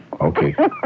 Okay